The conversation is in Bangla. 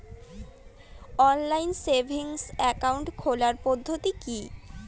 অনলাইন সেভিংস একাউন্ট খোলার পদ্ধতি কি?